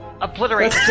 obliterate